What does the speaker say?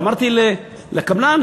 אמרתי לקבלן,